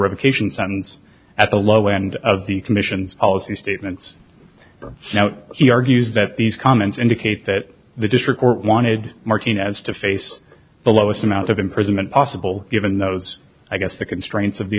revocation sentence at the low end of the commission's policy statements now he argues that these comments indicate that the district court wanted martinez to face the lowest amount of imprisonment possible given those i guess the constraints of the